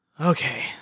Okay